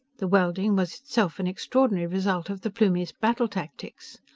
the welding was itself an extraordinary result of the plumie's battle-tactics.